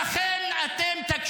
אתם רוצים